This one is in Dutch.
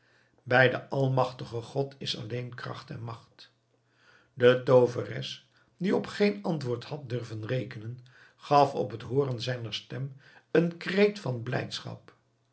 bij den almagtigen god is alleen kracht en magt de tooveres die op geen antwoord had durven rekenen gaf op het hooren zijner stem een kreet van blijdschap